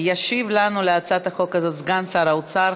ישיב לנו על הצעת החוק הזאת סגן שר האוצר,